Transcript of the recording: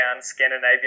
Scandinavia